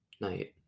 night